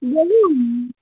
বলুন